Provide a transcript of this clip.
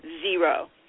zero